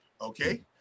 Okay